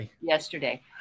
yesterday